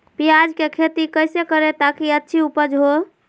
प्याज की खेती कैसे करें ताकि अच्छी उपज हो?